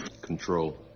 control